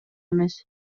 эмес